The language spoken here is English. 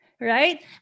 right